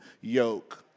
yoke